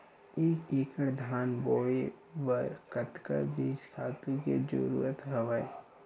एक एकड़ धान बोय बर कतका बीज खातु के जरूरत हवय?